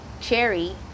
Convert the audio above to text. Cherry